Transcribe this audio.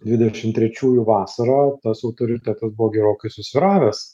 dvidešimt trečiųjų vasarą tas autoritetas buvo gerokai susvyravęs